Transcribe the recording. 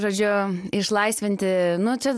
žodžiu išlaisvinti nu čia